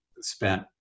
spent